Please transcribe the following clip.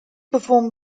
performed